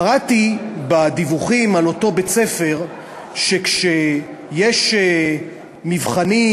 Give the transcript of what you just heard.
קראתי בדיווחים על אותו בית-ספר שכשיש מבחנים,